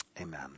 Amen